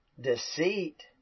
deceit